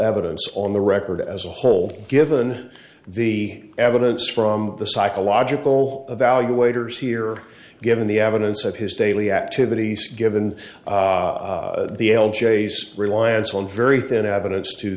evidence on the record as a whole given the evidence from the psychological evaluators here given the evidence of his daily activities given the l chase reliance on very thin evidence to